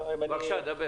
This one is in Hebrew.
בבקשה, דבר.